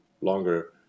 longer